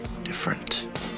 different